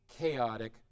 chaotic